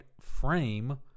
frame